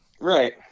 right